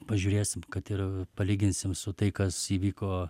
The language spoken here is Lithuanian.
pažiūrėsim kad ir palyginsim su tai kas įvyko